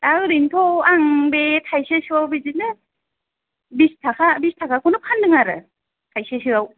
दा ओरैनथ' आं बे थाइसेसोआव बिदिनो बिस थाखा बिस थाखाखौनो फानदों आरो थाइसेसोआव